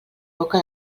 boca